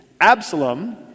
Absalom